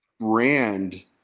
brand